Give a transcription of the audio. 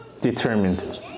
determined